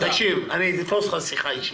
תקשיב, אני אתפוס איתך שיחה אישית.